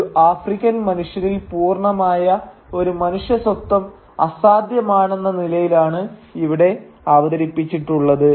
ഒരു ആഫ്രിക്കൻ മനുഷ്യനിൽ പൂർണമായ ഒരു മനുഷ്യ സ്വത്വം അസാധ്യമാണെന്ന നിലയിലാണ് ഇവിടെ അവതരിപ്പിച്ചിട്ടുള്ളത്